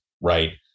right